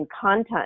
content